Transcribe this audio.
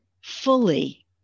fully